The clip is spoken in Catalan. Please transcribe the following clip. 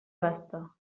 basta